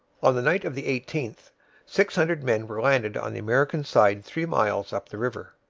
on the night of the eighteenth six hundred men were landed on the american side three miles up the river.